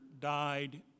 died